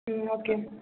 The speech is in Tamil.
ம் ஓகே